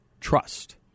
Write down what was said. Trust